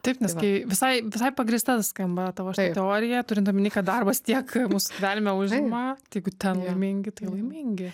taip nes kai visai visai pagrįsta skamba tavo šita teorija turint omeny kad darbas tiek mūsų gyvenime užima tai jeigu ten laimingi tai laimingi